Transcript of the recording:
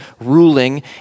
ruling